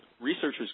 researchers